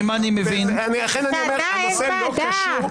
לכן אני אומר שהנושא לא קשור.